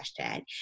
hashtag